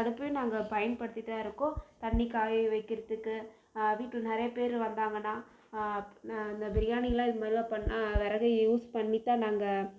அடுப்பையும் நாங்கள் பயன்படுத்திகிட்டு தான் இருக்கோம் தண்ணி காய வைக்கிறதுக்கு வீட்டில் நிறையா பேர் வந்தாங்கனால் அந்த பிரியாணியெலாம் இது மாதிரிலாம் பண்ண விறகை யூஸ் பண்ணி தான் நாங்கள்